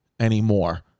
Anymore